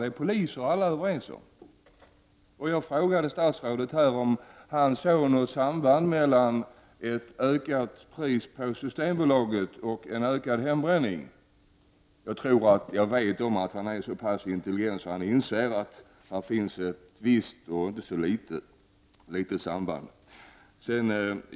Det är polisen och alla överens om. Jag frågade statsrådet om han fann ett samband mellan ökade priser på Systembolagets produkter och ökad hembränning. Jag vet att han är så pass intelligent att han inser att här finns ett visst, och inte så litet, samband.